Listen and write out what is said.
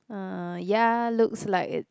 uh ya looks like it